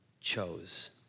chose